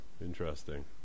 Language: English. Interesting